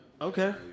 Okay